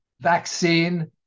vaccine